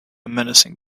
menacing